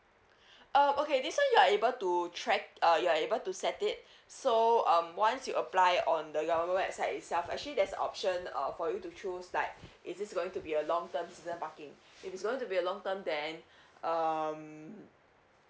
oh okay this one you are able to track uh you are able to set it so um once you apply on the website itself actually there's option um for you to choose like is it going to be long term season parking if it's going to be a long term then um